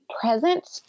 Present